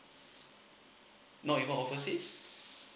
no even oversea